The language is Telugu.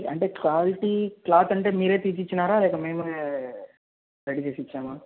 అంటే క్వాలిటీ క్లాత్ అంటే మీరే తీసి ఇచ్చారా లేక మేమే రెడీ చేసి ఇచ్చామా